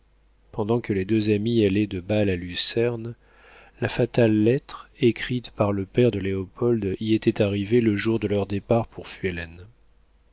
pendant que les deux amis allaient de bâle à lucerne la fatale lettre écrite par le père de léopold y était arrivée le jour de leur départ pour